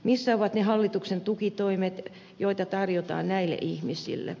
missä ovat ne hallituksen tukitoimet joita tarjotaan näille ihmisille